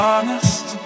Honest